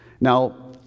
Now